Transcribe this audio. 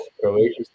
Croatia